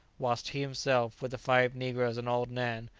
whilst he himself, with the five negroes and old nan,